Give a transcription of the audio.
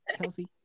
Kelsey